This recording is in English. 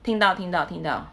听到听到听到